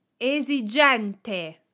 esigente